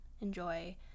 enjoy